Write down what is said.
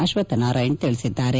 ಅಶ್ವತ್ತನಾರಾಯಣ್ ತಿಳಿಸಿದ್ದಾರೆ